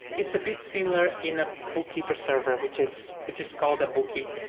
it's a bit similar in a bookkeeper service, which is which is called a bookie.